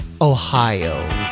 Ohio